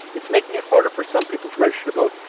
it's making it harder for some people to register to vote.